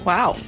Wow